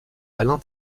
alain